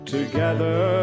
Together